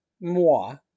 moi